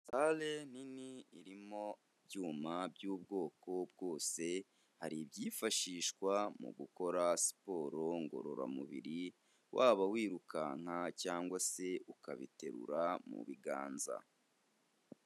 Sale nini irimo ibyuma by'ubwoko bwose, hari ibyifashishwa mu gukora siporo ngororamubiri, waba wirukanka cyangwa se ukabiterura mu biganza.